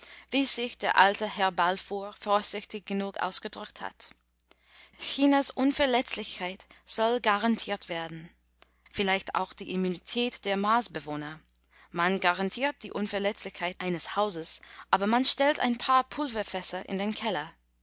wie sich der alte herr balfour vorsichtig genug ausgedrückt hat chinas unverletzlichkeit soll garantiert werden vielleicht auch die immunität der marsbewohner man garantiert die unverletzlichkeit eines hauses aber man stellt ein paar pulverfässer in den keller